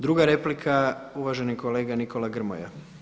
Druga replika, uvaženi kolega Nikola Grmoja.